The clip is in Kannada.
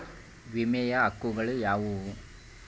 ವಿಮೆಯ ಹಕ್ಕುಗಳು ಯಾವ್ಯಾವು?